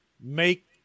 make